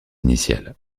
initiale